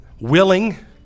willing